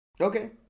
Okay